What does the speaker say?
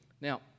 Now